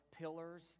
pillars